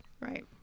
Right